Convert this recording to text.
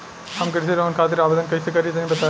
हम कृषि लोन खातिर आवेदन कइसे करि तनि बताई?